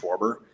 Schwarber